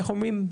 איך אומרים,